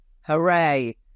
Hooray